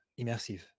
immersive